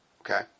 Okay